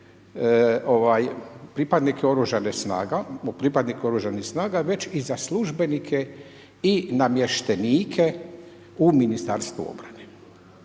pripadnike OS-a, već i za službenike i namještenike u Ministarstvu obrane.